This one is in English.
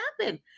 happen